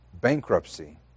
Bankruptcy